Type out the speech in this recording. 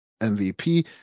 MVP